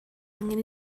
angen